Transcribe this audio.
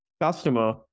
customer